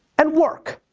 and work.